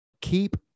keep